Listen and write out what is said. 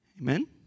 Amen